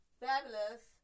fabulous